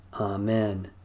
Amen